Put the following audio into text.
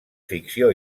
ficció